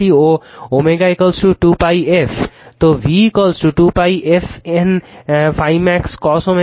তো v 2 f N ∅ max cos t